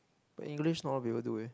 but English not a lot of people do eh